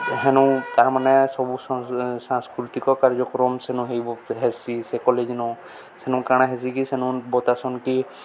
ହେନୁ ତାର୍ ମାନେ ସବୁ ସାଂସ୍କୃତିକ କାର୍ଯ୍ୟକ୍ରମ ସେନୁ ହେଇ ହେସି ସେ କଲେଜିନୁ ସେନୁ କାଣା ହେସିକି ସେନୁ ବତାସନ୍ କି